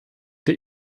der